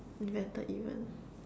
invented even